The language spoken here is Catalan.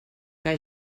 que